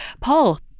Paul